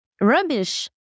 rubbish